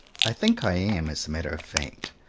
i think i am, as a matter of fact,